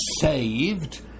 saved